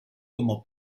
como